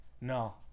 No